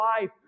life